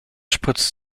spritzt